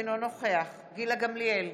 אינו נוכח גילה גמליאל,